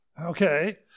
okay